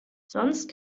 sonst